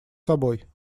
собой